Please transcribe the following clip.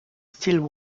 still